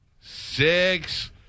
Six